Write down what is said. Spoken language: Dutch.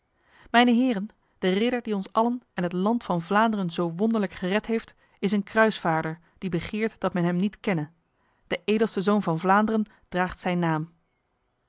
mijne heren de ridder die ons allen en het land van vlaanderen zo wonderlijk gered heeft is een kruisvaarder die begeert dat men hem niet kenne de edelste zoon van vlaanderen draagt zijn naam